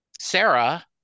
Sarah